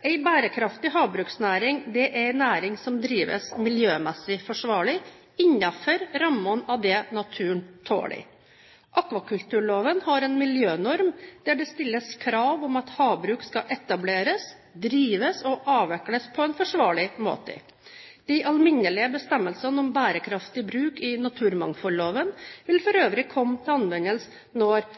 En bærekraftig havbruksnæring er en næring som drives miljømessig forsvarlig innenfor rammene av det naturen tåler. Akvakulturloven har en miljønorm der det stilles krav om at havbruk skal etableres, drives og avvikles på en forsvarlig måte. De alminnelige bestemmelsene om bærekraftig bruk i naturmangfoldloven vil for øvrig komme til anvendelse når